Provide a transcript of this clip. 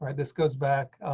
and this goes back